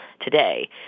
today